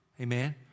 Amen